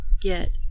get